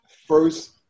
first